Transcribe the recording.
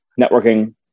networking